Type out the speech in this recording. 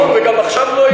נכון, וגם עכשיו לא יהיה,